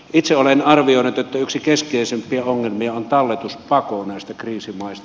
itse olen arvioinut että yksi keskeisempiä ongelmia on talletuspako näistä kriisimaista